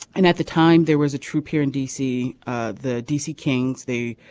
and at the time there was a trooper in dc ah the dc kings they